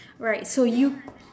right so you